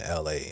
LA